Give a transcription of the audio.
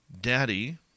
Daddy